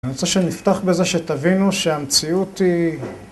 אני רוצה שנפתח בזה שתבינו שהמציאות היא...